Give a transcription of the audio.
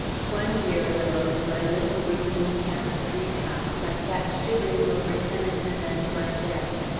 one year ago, in my little room in the camp street house, i sat shivering over tennyson and my desk,